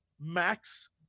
max